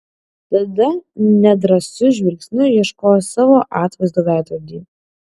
tada nedrąsiu žvilgsniu ieškojo savo atvaizdo veidrodyje